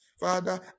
Father